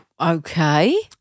Okay